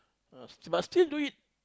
ah sti~ but still do it